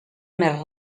més